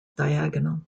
diagonal